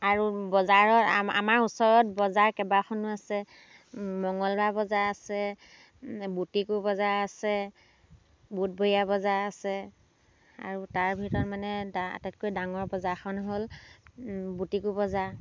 আৰু বজাৰৰ আমাৰ ওচৰত বজাৰ কেইবাখনো আছে মঙলবাৰ বজাৰ আছে বুটিকু বজাৰ আছে বুধবৰীয়া বজাৰ আছে আৰু তাৰ ভিতৰত মানে আটাইতকৈ ডাঙৰ বজাৰখন হ'ল বুটিকু বজাৰ